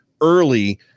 early